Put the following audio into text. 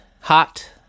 hot